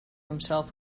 himself